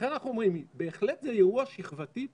לכן אנחנו אומרים שבהחלט זה אירוע שכבתי פה,